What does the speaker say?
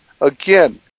Again